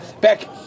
back